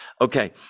Okay